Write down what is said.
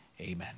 Amen